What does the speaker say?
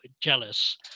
jealous